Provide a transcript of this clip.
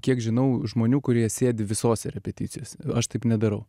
kiek žinau žmonių kurie sėdi visose repeticijose aš taip nedarau